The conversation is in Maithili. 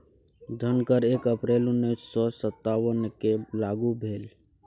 धन कर एक अप्रैल उन्नैस सौ सत्तावनकेँ लागू भेल